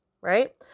right